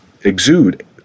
exude